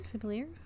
Familiar